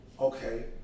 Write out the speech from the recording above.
Okay